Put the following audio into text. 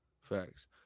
Facts